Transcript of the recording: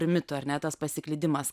ir mitų ar ne tas pasiklydimas